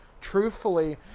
truthfully